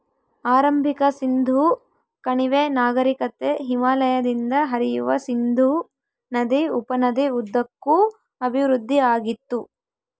ಆರಂಭಿಕ ಸಿಂಧೂ ಕಣಿವೆ ನಾಗರಿಕತೆ ಹಿಮಾಲಯದಿಂದ ಹರಿಯುವ ಸಿಂಧೂ ನದಿ ಉಪನದಿ ಉದ್ದಕ್ಕೂ ಅಭಿವೃದ್ಧಿಆಗಿತ್ತು